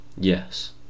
Yes